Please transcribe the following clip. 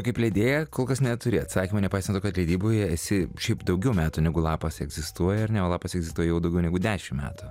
kaip leidėja kol kas neturi atsakymo nepaisant to kad leidyboje esi šiaip daugiau metų negu lapas egzistuoja ar ne o lapas egzistuoja jau daugiau negu dešim metų